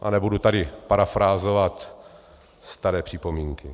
A nebudu tady parafrázovat staré připomínky.